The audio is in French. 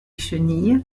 chenilles